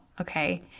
Okay